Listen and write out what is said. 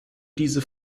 diese